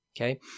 Okay